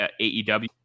AEW